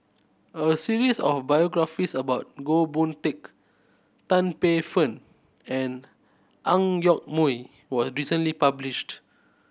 a series of biographies about Goh Boon Teck Tan Paey Fern and Ang Yoke Mooi was recently published